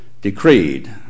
decreed